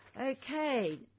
Okay